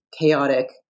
chaotic